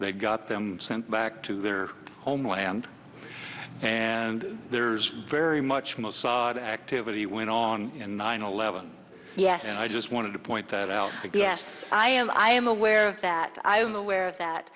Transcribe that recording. they got them sent back to their homeland and there's very much more activity went on and nine eleven yes i just want to point out that yes i am i am aware of that i am aware of that